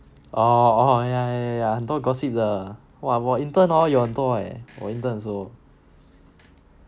oh oh ya ya 很多 gossip 的 !wah! 我 intern hor 也有很多 eh